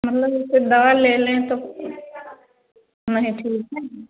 मतलब जैसे दवा ले लें तो नहीं ठीक है